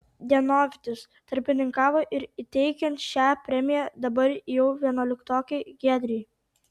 dienovidis tarpininkavo ir įteikiant šią premiją dabar jau vienuoliktokei giedrei